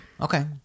Okay